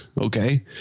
Okay